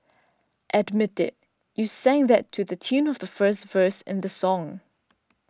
admit it you sang that to the tune of the first verse in the song